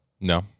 No